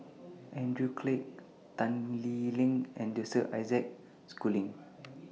Andrew Clarke Tan Lee Leng and Joseph Isaac Schooling